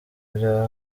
bya